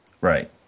Right